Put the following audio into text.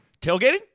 Tailgating